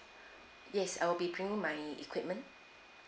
yes I'll be bringing my equipment